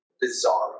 bizarre